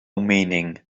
meaning